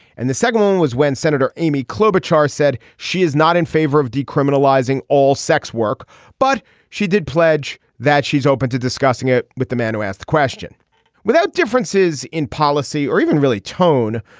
and the second one was when senator amy klobuchar said she is not in favor of decriminalizing all sex work but she did pledge that she's open to discussing it with the man who asked the question without differences in policy or even really tone.